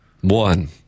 One